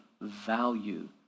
value